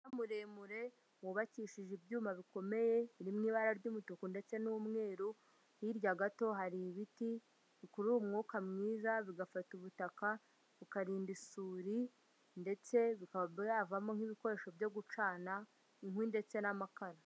Umunara muremure, wubakishije ibyuma bikomeye, biri mu ibara ry'umutuku, ndetse n'umweru, hirya gato hari ibiti bikurura umwuka mwiza, bigafata ubutaka, bukarinda isuri, ndetse bikaba byavamo n'ibikoresho byo gucana, inkwi, ndetse n'amakara.